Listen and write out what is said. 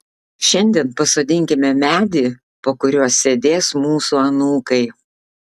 šiandien pasodinkime medį po kuriuo sėdės mūsų anūkai